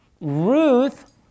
Ruth